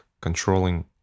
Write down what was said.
controlling